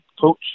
coach